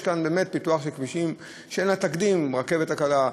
יש כאן באמת פיתוח של כבישים שאין לו תקדים: הרכבת הקלה,